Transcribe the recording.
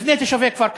בפני תושבי כפר-קאסם?